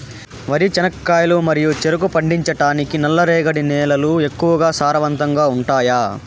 వరి, చెనక్కాయలు మరియు చెరుకు పండించటానికి నల్లరేగడి నేలలు ఎక్కువగా సారవంతంగా ఉంటాయా?